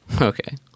Okay